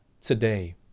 today